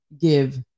give